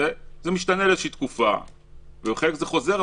זה משתנה לאיזושהי תקופה ובחלק מקומות זה חוזר.